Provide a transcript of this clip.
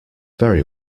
very